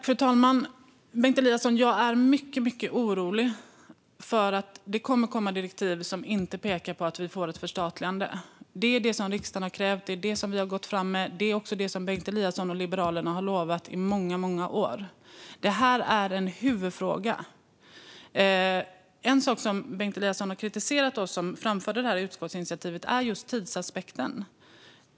Fru talman! Jag är mycket orolig, Bengt Eliasson, för att det kommer att komma direktiv som inte pekar på att vi får ett förstatligande. Det är det som riksdagen har krävt. Det är det som vi har gått fram med. Det är också det som Bengt Eliasson och Liberalerna har lovat i många år. Detta är en huvudfråga! En sak som Bengt Eliasson har kritiserat oss som framförde detta utskottsinitiativ för är just tidsaspekten.